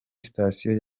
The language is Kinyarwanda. station